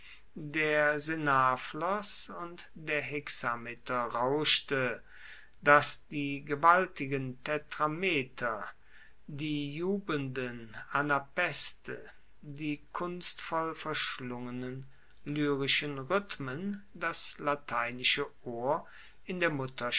der senar floss und der hexameter rauschte dass die gewaltigen tetrameter die jubelnden anapaeste die kunstvoll verschlungenen lyrischen rhythmen das lateinische ohr in der